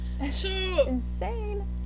insane